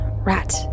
rat